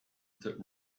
that